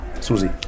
Susie